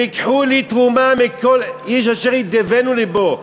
"וִיקחו לי תרומה מכל איש אשר ידבנו לבו".